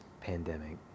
pandemic